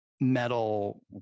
metal